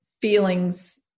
feelings